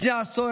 לפני עשור,